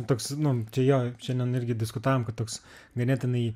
toks nu jo šiandien irgi diskutavom kad toks ganėtinai